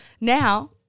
Now